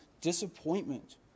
disappointment